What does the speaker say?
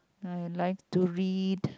I like to read